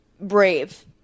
brave